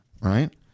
right